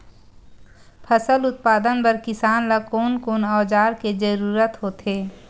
फसल उत्पादन बर किसान ला कोन कोन औजार के जरूरत होथे?